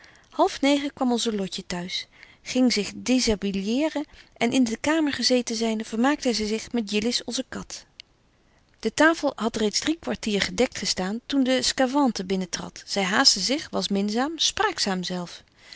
wy halfnegen kwam onze lotje thuis ging zig deshabillieeren en in de kamer gezeten zynde vermaakte zy zich met jillis onze kat de tafel hadt reeds driekwartier gedekt gestaan toen de sçavante binnen tradt zy haastte zich was minzaam spraakzaam zelf